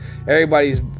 everybody's